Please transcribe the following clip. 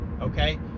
okay